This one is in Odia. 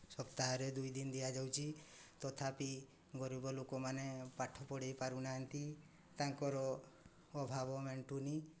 ସପ୍ତାହରେ ଦୁଇ ଦିନ ଦିଆଯାଉଛି ତଥାପି ଗରିବ ଲୋକମାନେ ପାଠ ପଢ଼େଇ ପାରୁନାହାନ୍ତି ତାଙ୍କର ଅଭାବ ମେଣ୍ଟୁନି